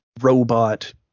robot